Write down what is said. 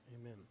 Amen